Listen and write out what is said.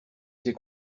sais